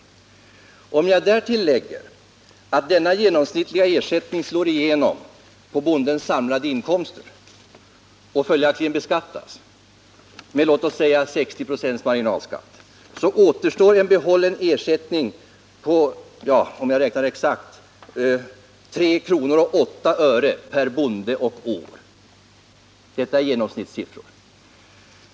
Lägger jag därtill att denna genomsnittliga ersättning slår igenom på bondens samlade inkomster och följaktligen beskattas med låt oss säga 60 26 marginalskatt, så återstår en behållen ersättning på — om jag räknar exakt — 3 kr. och 8 öre per bonde och år. Det är alltså genomsnittssiffror.